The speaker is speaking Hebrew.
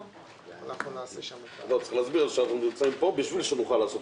צריך להסביר, אנחנו נמצאים פה בשביל שנוכל לעשות